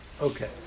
okay